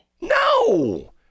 No